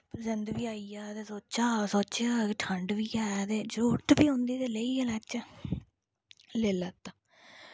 परसिंद बी आई आ ते सोचेआ कि ठण्ड बी ऐ जरूरत बी होंदी ते लेई गै लैचै लेई लैत्ता